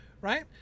Right